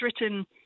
written